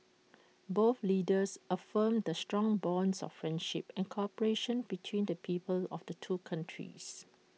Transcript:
both leaders affirmed the strong bonds of friendship and cooperation between the peoples of the two countries